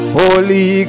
holy